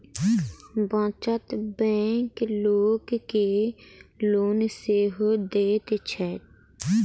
बचत बैंक लोक के लोन सेहो दैत छै